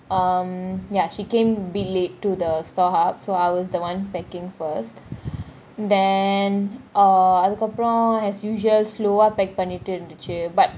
um ya she came a bit late to the store hub so I was the one packing first then uh அதுக்கு அப்புறம் :athuku apram as usual slow ah pack பண்ணிட்டு இருந்துச்சி :pannitu irunthuchi but